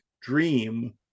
Dream